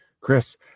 chris